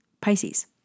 Pisces